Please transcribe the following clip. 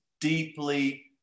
deeply